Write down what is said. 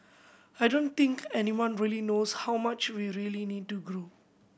I don't think anyone really knows how much we really need to grow